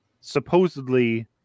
supposedly